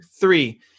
three